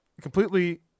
completely